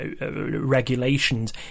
regulations